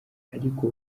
ariko